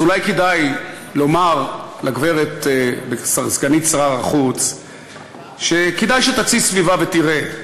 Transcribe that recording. אז אולי כדאי לומר לגברת סגנית שר החוץ שכדאי שתציץ סביבה ותראה,